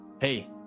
Hey